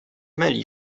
myli